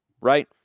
right